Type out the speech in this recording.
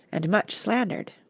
and much slandered.